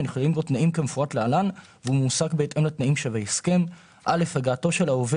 (להלן החוק העיקרי)